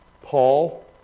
Paul